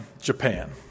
Japan